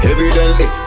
Evidently